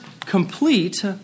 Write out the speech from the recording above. complete